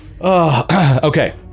Okay